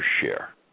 share